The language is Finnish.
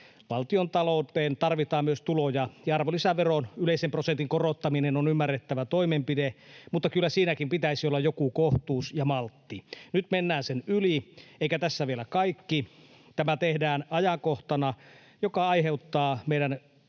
valtiontalouteen tarvitaan myös tuloja, ja arvonlisäveron yleisen prosentin korottaminen on ymmärrettävä toimenpide, mutta kyllä siinäkin pitäisi olla joku kohtuus ja maltti. Nyt mennään sen yli. Eikä tässä vielä kaikki: tämä tehdään ajankohtana, joka aiheuttaa meidän